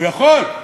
הוא יכול,